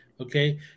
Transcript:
okay